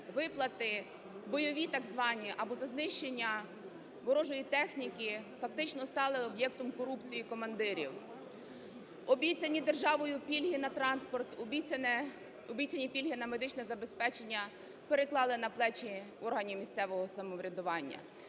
виплати, "бойові" так звані або за знищення ворожої техніки фактично стали об'єктом корупції командирів. Обіцяні державою пільги на транспорт, обіцяні пільги на медичне забезпечення переклали на плечі органів місцевого самоврядування.